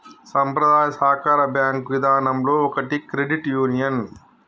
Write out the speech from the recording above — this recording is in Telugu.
సంప్రదాయ సాకార బేంకు ఇదానంలో ఒకటి క్రెడిట్ యూనియన్